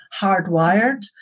hardwired